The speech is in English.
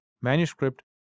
manuscript